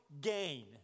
gain